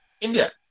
India